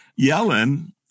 Yellen